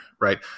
right